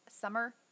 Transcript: summer